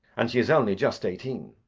and she is only just eighteen.